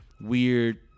Weird